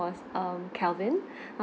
was um kelvin